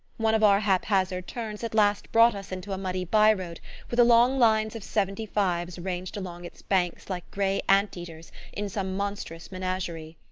one of our haphazard turns at last brought us into a muddy bye-road with long lines of seventy-fives ranged along its banks like grey ant-eaters in some monstrous menagerie.